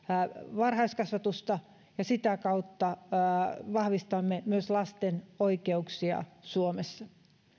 varhaiskasvatusta sitä kautta vahvistamme myös lasten oikeuksia suomessa